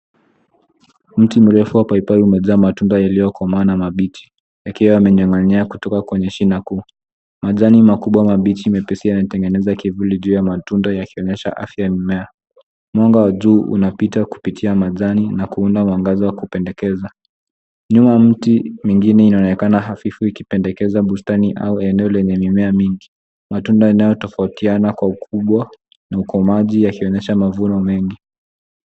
Mti mrefu wa paipai umejaa matunda ya liyokomaa na mabichi yakiwa yamening'inia kutoka kwenye shina kubwa. Majani makubwa mabichi mepesi yametengeneza kivuli juu ya matunda yakionyesha afya ya mimea. Mwanga wa juu unapita kupitia majani na kuunda mwangaza wa kupendekeza. Nyuma ya miti mingine inaonekana hafifu ikipendekeza bustani au eneo lenye mimea mingi. Matunda yanayoto fautiana kwa ukubwa na ukomaji yakionyesha matunda mengi.